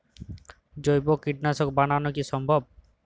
জৈব কীটনাশক বানানো কি সম্ভব?